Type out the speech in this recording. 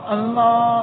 Allah